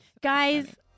Guys